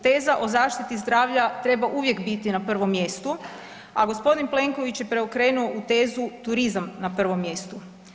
Teza o zaštiti zdravlja treba uvijek biti na prvom mjestu a g. Plenković je preokrenuo u tezu turizam na prvom mjestu.